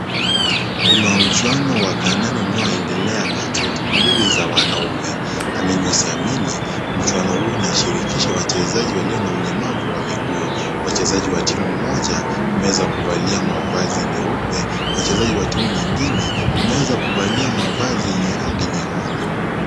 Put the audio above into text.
Kuna mchwano wa kandanda unaoendelea Kati ya timu mbili za wanaume. Amini usiamini mchwano huu unashirikisha wachezaji walio na ulemavu wa miguu. Wachezaji wa timu moja wameweza kuvalia mavazi meupe, wachezaji wa timu nyingine wameweza kuvalia mavazi yenye rangi nyekundu.